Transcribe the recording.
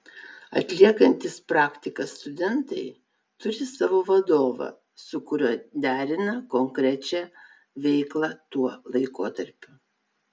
atliekantys praktiką studentai turi savo vadovą su kuriuo derina konkrečią veiklą tuo laikotarpiu